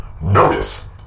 Notice